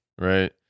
Right